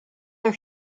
are